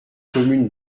commune